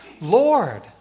Lord